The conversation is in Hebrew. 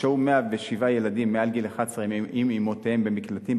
בשנת 2011 שהו 107 ילדים מעל גיל 11 עם אמותיהם במקלטים.